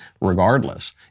regardless